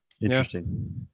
Interesting